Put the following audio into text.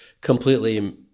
completely